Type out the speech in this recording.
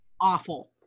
awful